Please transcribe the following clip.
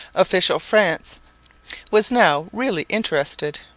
official france was now really interested.